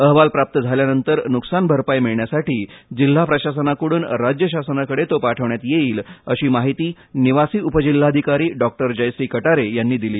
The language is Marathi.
अहवाल प्राप्त झाल्यानंतर नुकसान भरपाई मिळण्यासाठी जिल्हा प्रशासनाकडून राज्य शासनाकडे तो पाठविण्यात येईल अशी माहिती निवासी उपजिल्हाधिकारी डॉक्टर जयश्री कटारे यांनी दिली